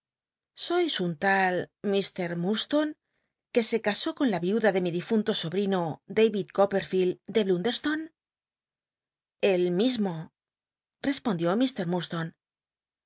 sois un tal mr murdstone que se casó con la vimla de mi difunto sobrino dal'id copperllcld de bltmderstone el mismo respondió